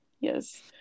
yes